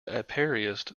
apiarist